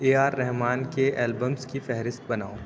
اے R Rahman کے albums کی فہرست بناؤ